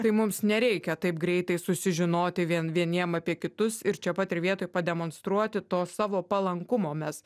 tai mums nereikia taip greitai susižinoti vien vieniem apie kitus ir čia pat ir vietoj pademonstruoti to savo palankumo mes